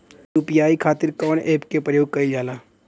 UPI खातीर कवन ऐपके प्रयोग कइलजाला?